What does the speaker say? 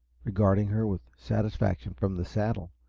regarding her with satisfaction from the saddle.